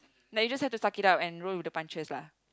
like you just have to suck it up and roll with the punches lah